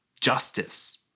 justice